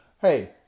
Hey